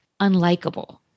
unlikable